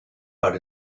but